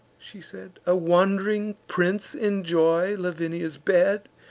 she said, a wand'ring prince enjoy lavinia's bed?